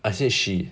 I said she